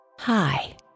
Hi